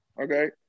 Okay